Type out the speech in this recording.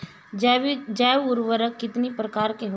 जैव उर्वरक कितनी प्रकार के होते हैं?